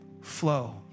flow